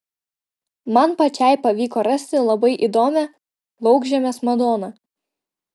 man pačiai pavyko rasti labai įdomią laukžemės madoną